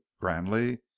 grandly